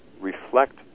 reflect